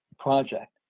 Project